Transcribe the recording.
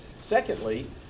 Secondly